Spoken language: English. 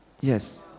yes